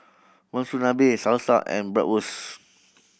Monsunabe Salsa and Bratwurst